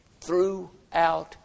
throughout